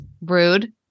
Rude